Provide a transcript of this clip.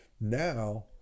now